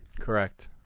Correct